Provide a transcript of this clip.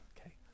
okay